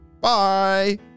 Bye